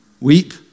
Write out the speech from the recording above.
weep